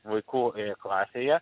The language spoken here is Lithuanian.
vaikų klasėje